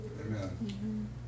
Amen